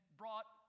brought